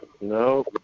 No